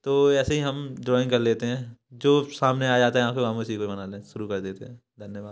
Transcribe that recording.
तो ऐसे ही हम ड्राइंग कर लेते हैं जो सामने आ जाता है हम फिर उसी पर बनाना शुरू कर देते हैं धन्यवाद